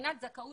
לבחינת זכאות